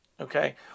Okay